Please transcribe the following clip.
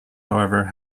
however